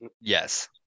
Yes